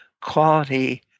quality